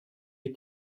est